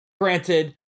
granted